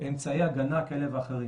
אמצעי הגנה כאלה ואחרים,